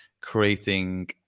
creating